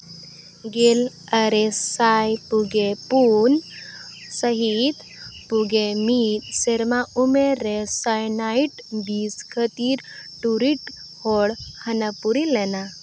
ᱜᱮᱞ ᱟᱨᱮ ᱥᱟᱭ ᱯᱩᱜᱮ ᱯᱩᱱ ᱥᱟᱹᱦᱤᱛ ᱯᱩᱜᱮ ᱢᱤᱫ ᱥᱮᱨᱢᱟ ᱩᱢᱮᱹᱨ ᱨᱮ ᱥᱟᱭᱱᱟᱭᱤᱰ ᱵᱤᱥ ᱠᱷᱟᱹᱛᱤᱨ ᱴᱩᱨᱤᱰ ᱦᱚᱲ ᱦᱟᱱᱟᱯᱩᱨᱤ ᱞᱮᱱᱟ